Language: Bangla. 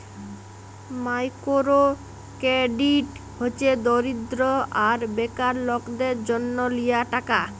মাইকোরো কেরডিট হছে দরিদ্য আর বেকার লকদের জ্যনহ লিয়া টাকা